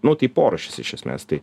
nu tai porūšis iš esmės tai